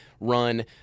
run